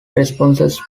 responses